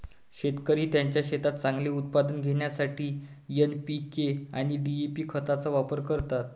शेतकरी त्यांच्या शेतात चांगले उत्पादन घेण्यासाठी एन.पी.के आणि डी.ए.पी खतांचा वापर करतात